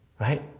Right